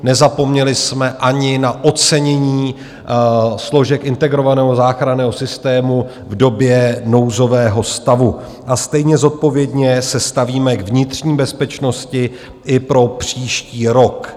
Nezapomněli jsme ani na ocenění složek integrovaného záchranného systému v době nouzového stavu a stejně zodpovědně se stavíme k vnitřní bezpečnosti i pro příští rok.